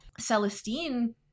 Celestine